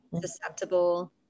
susceptible